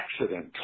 accident